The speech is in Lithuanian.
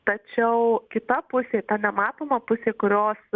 tačiau kita pusė ta nematoma pusė kurios